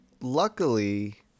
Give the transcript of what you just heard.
luckily